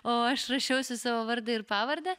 o aš rašiausi savo vardą ir pavardę